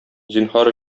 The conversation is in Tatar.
зинһар